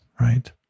right